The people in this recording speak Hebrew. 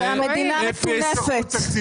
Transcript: המדינה מטונפת.